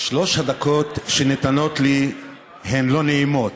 שלוש הדקות שניתנות לי הן לא נעימות,